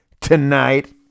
tonight